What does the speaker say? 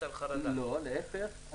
לא, להפך.